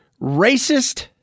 racist